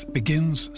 begins